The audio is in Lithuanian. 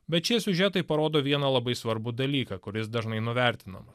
bet šie siužetai parodo vieną labai svarbų dalyką kuris dažnai nuvertinama